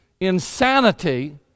insanity